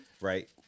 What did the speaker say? right